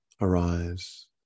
arise